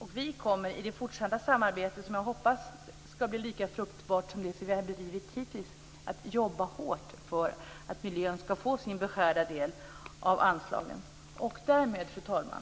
Och vi kommer i det fortsatta samarbete som jag hoppas skall bli lika fruktbart som det som vi hittills har bedrivit att jobba hårt för att miljön skall få sin beskärda del av anslagen.